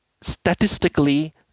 statistically